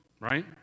right